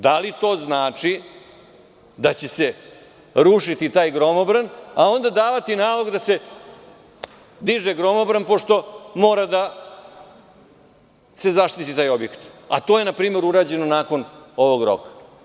Da li to znači da će se rušiti taj gromobran, a onda davati nalog da se diže gromobran, pošto mora da se zaštiti taj objekat, a to je na primer urađeno nakon ovog roka?